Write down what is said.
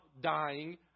dying